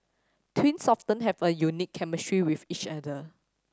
twins often have a unique chemistry with each other